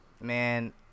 Man